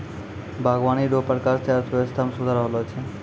बागवानी रो प्रकार से अर्थव्यबस्था मे सुधार होलो छै